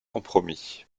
compromis